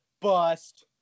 bust